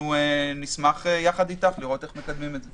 אנחנו נשמח, ביחד איתך, לראות איך מקדמים את זה.